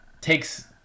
takes